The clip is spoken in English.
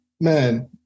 man